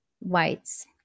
whites